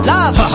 Love